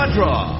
Draw